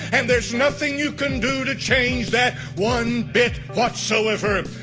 and there's nothing you can do to change that one bit, whatsoever